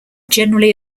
generally